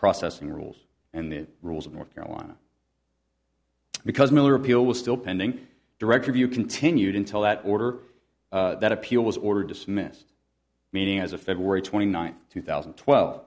processing rules and the rules of north carolina because miller appeal was still pending director view continued until that order that appeal was ordered dismissed meaning as of february twenty ninth two thousand and twelve